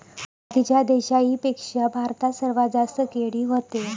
बाकीच्या देशाइंपेक्षा भारतात सर्वात जास्त केळी व्हते